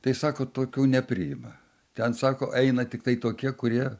tai sako tokių nepriima ten sako eina tiktai tokie kurie